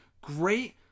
Great